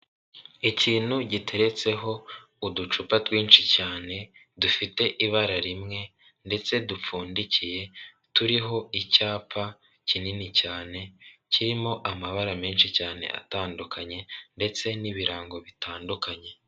Ikintu giteretseho uducupa twinshi cyane dufite ibara rimwe ndetse dupfundikiye turiho icyapa kinini cyane kirimo amabara menshi cyane atandukanye ndetse n'ibirango bitandukanye.